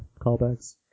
callbacks